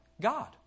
God